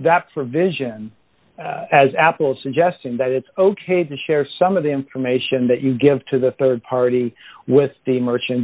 that for vision as apple's suggesting that it's ok to share some of the information that you give to the rd party with the merchant